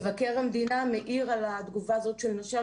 מבקר המדינה מעיר על התגובה הזאת של נש"ם